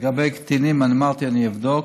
לגבי קטינים, אני אמרתי, אני אבדוק.